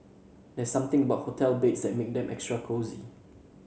there's something about hotel beds that makes them extra cosy